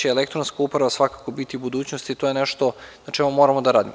Mada, elektronska uprava će svakako biti budućnost i to je nešto na čemu moramo da radimo.